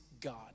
God